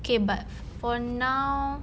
okay but for now